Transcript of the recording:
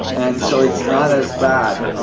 and so it's not as bad.